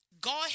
God